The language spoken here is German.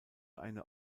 eine